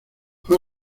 fue